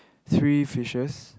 three fishes